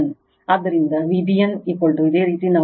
ಆದ್ದರಿಂದ Vbn ಇದೇ ರೀತಿ ನಾವು ಕರೆಯುವದನ್ನು ಇಲ್ಲಿ ಬರೆಯಬಹುದು V n b